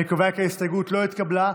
אני קובע כי ההסתייגות לא התקבלה.